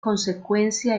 consecuencia